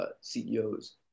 CEOs